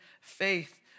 faith